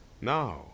now